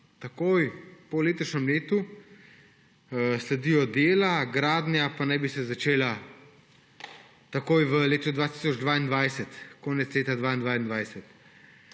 Takoj po letošnjem letu sledijo dela, gradnja pa naj bi se začela takoj v letu 2022, konec leta 2022.